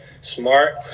smart